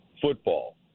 football